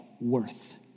worth